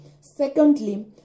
Secondly